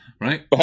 right